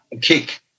kick